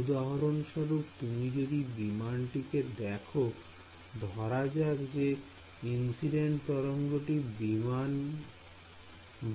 উদাহরণস্বরূপ তুমি যদি বিমানটিকে দেখো ধরা যাক যে ইন্সিডেন্ট তরঙ্গটি